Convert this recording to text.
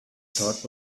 thought